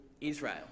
Israel